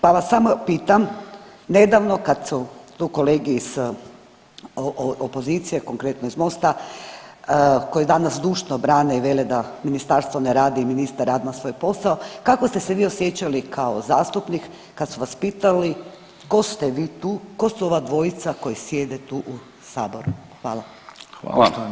Pa vas samo pitam, nedavno kad su tu kolege iz opozicije, konkretno iz MOST-a koji danas zdušno brane i vele da ministarstvo ne radi i ministar Radman svoj posao, kako ste se vi osjećali kao zastupnik kad su vas pitali, tko ste vi tu, tko su ova dvojica koji sjede tu u saboru?